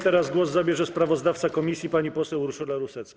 Teraz głos zabierze sprawozdawca komisji pani poseł Urszula Rusecka.